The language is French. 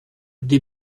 des